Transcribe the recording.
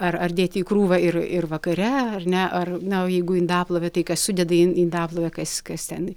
ar ar dėti į krūvą ir ir vakare ar ne ar na jeigu indaplovė tai kad sudeda į in indaplovę kas kas ten